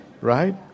right